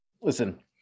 Listen